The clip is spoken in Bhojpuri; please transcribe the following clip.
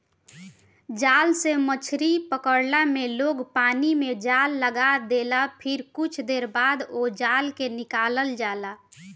जाल से मछरी पकड़ला में लोग पानी में जाल लगा देला फिर कुछ देर बाद ओ जाल के निकालल जाला